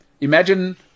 imagine